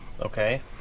Okay